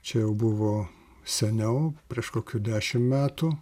čia jau buvo seniau prieš kokių dešim metų